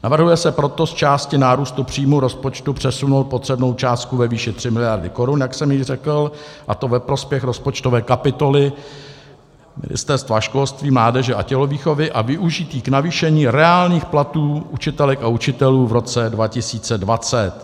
Navrhuje se proto z části nárůstu příjmů rozpočtu přesunout potřebnou částku ve výši 3 mld. korun, jak jsem již řekl, a to ve prospěch rozpočtové kapitoly Ministerstva školství, mládeže a tělovýchovy a využití k navýšení reálných platů učitelek a učitelů v roce 2020.